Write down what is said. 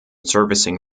servicing